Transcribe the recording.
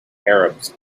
arabs